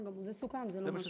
זה סוכם.